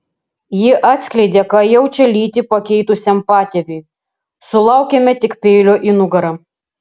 ji atskleidė ką jaučia lytį pakeitusiam patėviui sulaukėme tik peilio į nugarą